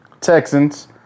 Texans